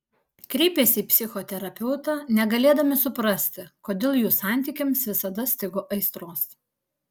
kreipėsi į psichoterapeutą negalėdami suprasti kodėl jų santykiams visada stigo aistros